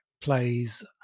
plays